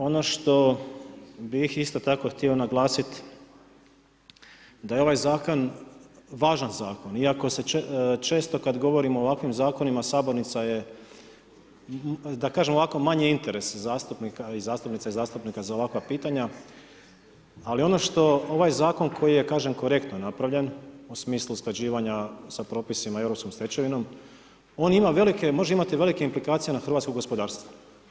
Ono što bih isto tako htio naglasiti, da je ovaj zakon važan zakon, iako se često kada govorimo o ovakvim zakonima, sabornica je da kažem manji interes zastupnika i zastupnica za ovakva pitanja, ali ono što ovaj zakon, koji je kažem, korektno napravljen, u smislu usklađivanja sa propisima europskom stečevinom, on može imati velike implikacije na hrvatsko gospodarstvo.